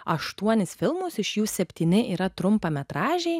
aštuonis filmus iš jų septyni yra trumpametražiai